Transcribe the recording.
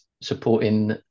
supporting